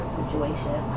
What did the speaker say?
situation